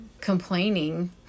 complaining